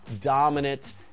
dominant